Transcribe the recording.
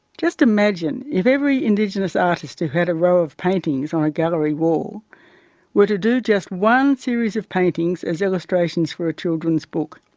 just imagine if every indigenous artist who had a row of paintings on a gallery wall were to do just one series of paintings as illustrations for a children's book.